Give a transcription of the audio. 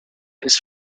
his